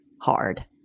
hard